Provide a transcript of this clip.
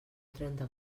trenta